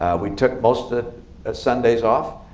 we took most ah ah sundays off.